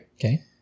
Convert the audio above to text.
okay